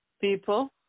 people